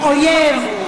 בלי חברות.